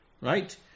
right